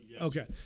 Okay